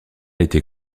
été